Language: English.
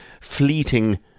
fleeting